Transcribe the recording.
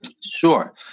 Sure